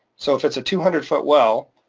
so if it's a two hundred feet well,